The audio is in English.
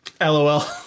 LOL